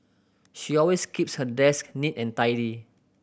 she always keeps her desk neat and tidy